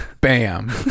bam